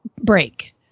break